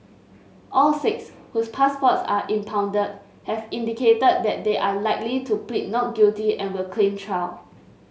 all six whose passports were impounded have indicated that they are likely to plead not guilty and will claim trial